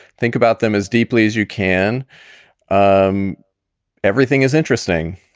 think about them as deeply as you can um everything is interesting